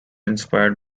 inspired